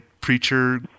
preacher